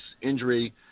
injury